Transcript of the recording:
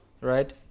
right